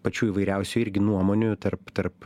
pačių įvairiausių irgi nuomonių tarp tarp